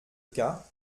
cas